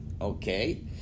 Okay